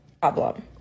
problem